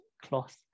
cloth